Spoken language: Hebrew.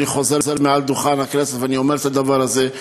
ואני חוזר מעל דוכן הכנסת ואני אומר את הדבר הזה.